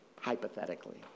hypothetically